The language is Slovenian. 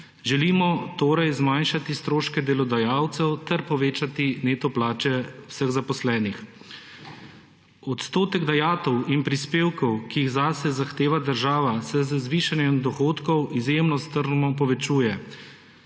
Želimo torej zmanjšati stroške delodajalcev ter povečati neto plače vseh zaposlenih. Odstotek dajatev in prispevkov, ki jih zase zahteva država, se z zvišanjem dohodkov izjemno strmo povečuje.